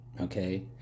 okay